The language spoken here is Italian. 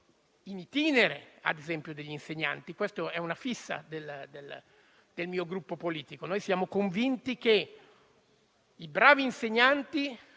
*in itinere*, ad esempio, degli insegnanti. Questa è una fissazione del mio Gruppo politico, perché siamo convinti che i bravi insegnanti